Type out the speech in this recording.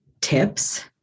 tips